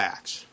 Acts